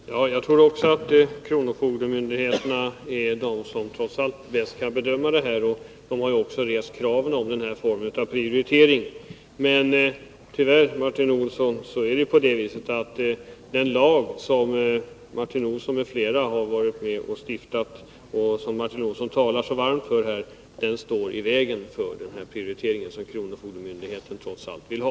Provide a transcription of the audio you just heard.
Herr talman! Jag tror också att kronofogdemyndigheterna är de som bäst kan bedöma saken, och de har också rest kraven på den här formen av prioritering. Men tyvärr, Martin Olsson, står den lag, som Martin Olsson m.fl. har stiftat och som han här talar så varmt för, i vägen för den prioritering som kronofogdemyndigheterna trots allt vill ha.